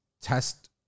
test